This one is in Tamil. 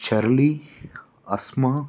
ஷர்லி அஸ்மா